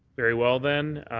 very well, then.